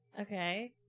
Okay